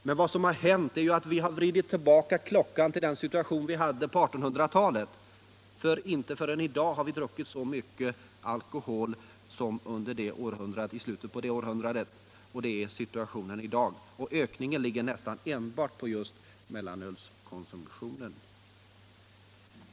Men vad som har hänt är att vi har vridit klockan tillbaka till 1800-talet, för inte förrän nu har vi druckit lika mycket alkohol som man gjorde i slutet av det århundradet. Det är situationen i dag, och ökningen ligger framför allt på just mellanölskonsumtionen.